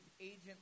Agent